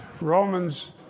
Romans